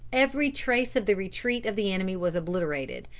every trace of the retreat of the enemy was obliterated,